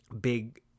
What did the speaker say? big